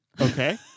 Okay